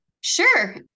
sure